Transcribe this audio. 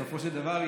בסופו של דבר,